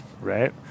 Right